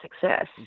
success